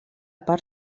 part